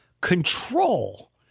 control